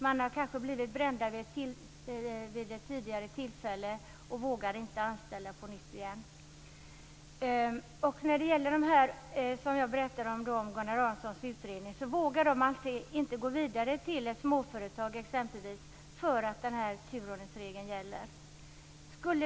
Man har kanske blivit bränd vid ett tidigare tillfälle och vågar inte anställa på nytt. Personer som ingår i Gunnar Aronssons utredning, som jag berättade om, vågar alltså inte gå vidare till exempelvis ett småföretag för att den här turordningsregeln gäller.